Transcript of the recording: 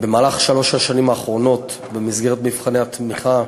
בשלוש השנים האחרונות, במסגרת מבחני התמיכה,